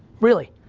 really.